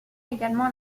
également